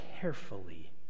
carefully